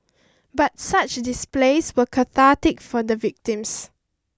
but such displays were cathartic for the victims